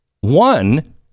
One